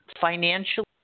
financially